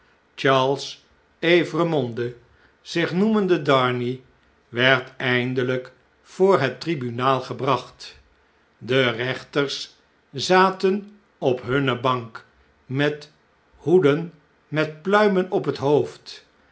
charles evremonde zich noemende darnay werd eindeiyk voor het tribunaal gebracht de rechters zaten op hunne bank met hoeden met pluimen op het hoofd